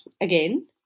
again